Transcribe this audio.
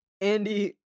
Andy